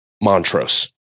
Montrose